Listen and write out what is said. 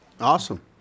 Awesome